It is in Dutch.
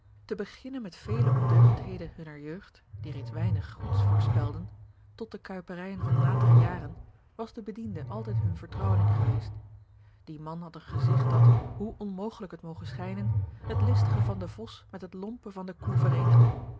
te beginnen met vele ondeugendheden hunner jeugd die reeds weinig goeds voorspelden tot de kuiperijen van latere jaren was de bediende altijd hun vertrouweling geweest die man had een gezigt dat hoe onmogelijk het moge schijnen het listige van den vos met het lompe van de koe vereenigde